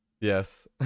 Yes